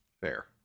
Fair